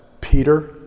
Peter